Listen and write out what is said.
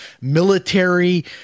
military